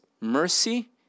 mercy